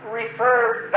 referred